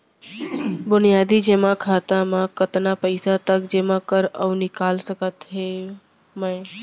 बुनियादी जेमा खाता म कतना पइसा तक जेमा कर अऊ निकाल सकत हो मैं?